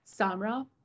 Samra